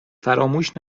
فراموش